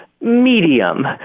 medium